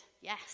Yes